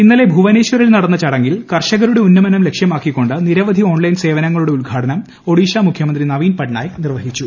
ഇന്നലെ ഭുവനേശ്വറിൽ നടന്ന ചടങ്ങിൽ കർഷകരുടെ ഉന്നമനം ലക്ഷ്യമാക്കിക്കൊണ്ട് നിരവധി ഓൺലൈൻ സേവനങ്ങളുടെ ഉദ്ഘാടനം ഒഡിഷ മുഖ്യമന്ത്രി നവീൻ പട്നായിക്ക് നിർവഹിച്ചു